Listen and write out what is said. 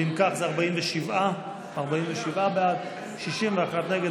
אם כך, זה 47 בעד, 61 נגד.